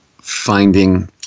finding